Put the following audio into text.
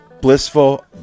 blissful